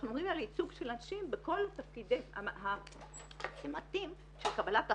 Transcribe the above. אנחנו מדברים על ייצוג של נשים בכל הצמתים של קבלת החלטות,